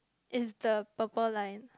is the purple line